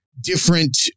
different